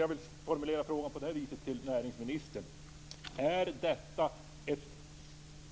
Jag vill formulera frågan till näringsministern på det här viset: Är detta